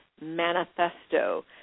Manifesto